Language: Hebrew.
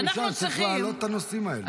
בוועדה אחרי --- צריך להעלות את הנושאים האלה.